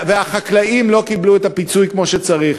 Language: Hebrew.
והחקלאים לא קיבלו את הפיצוי כמו שצריך.